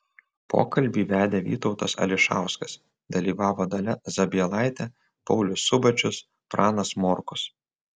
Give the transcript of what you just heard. pokalbį vedė vytautas ališauskas dalyvavo dalia zabielaitė paulius subačius pranas morkus